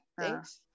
thanks